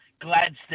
Gladstone